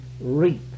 reap